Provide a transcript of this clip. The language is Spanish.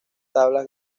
tablas